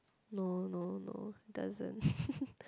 no no no doesn't